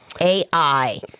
AI